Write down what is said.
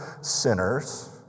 sinners